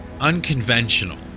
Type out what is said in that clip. unconventional